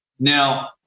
Now